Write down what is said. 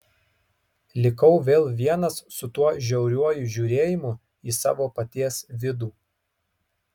likau vėl vienas su tuo žiauriuoju žiūrėjimu į savo paties vidų